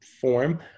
form